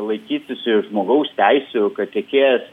laikytųsi žmogaus teisių kad tiekėjas